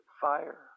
fire